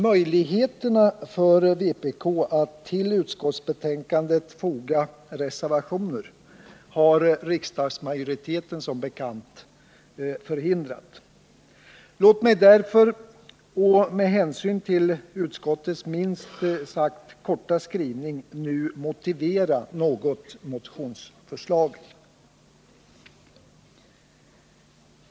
Möjligheterna för vpk att till utskottsbetänkanden foga reservationer har riksdagsmajoriteten som bekant förhindrat. Låt mig därför och med hänsyn till utskottets minst sagt kortfattade skrivning något motivera våra motionsförslag.